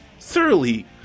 thoroughly